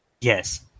Yes